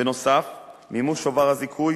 בנוסף, מימוש שובר הזיכוי